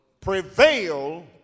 prevail